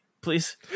please